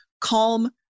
calm